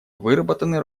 выработаны